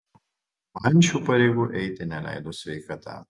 man šių pareigų eiti neleido sveikata